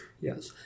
Yes